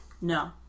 No